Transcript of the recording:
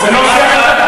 זה לא שיח חדש.